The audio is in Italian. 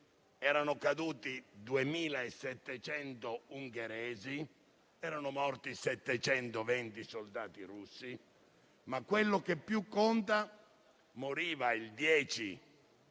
Erano caduti 2.700 ungheresi e morti 720 soldati russi, ma - quello che più conta - il 10